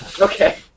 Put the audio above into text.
Okay